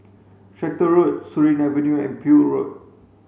Tractor Road Surin Avenue and Peel Road